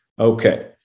Okay